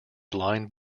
blind